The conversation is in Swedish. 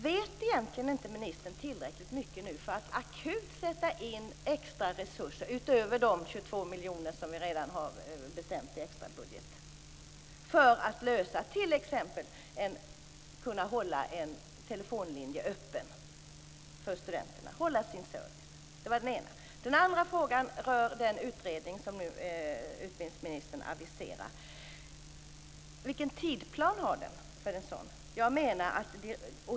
Vet egentligen inte ministern tillräckligt mycket nu för att akut sätta in extra resurser, utöver de 22 miljoner som vi redan har beslutat om i extrabudgeten, för att de t.ex. skall kunna hålla en telefonlinje öppen för studenterna och ge den service som krävs. Det var den ena frågan. Den andra frågan rör den utredning som utbildningsministern nu aviserar. Vilket tidsplan har den?